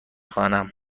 خوانم